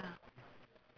oh ya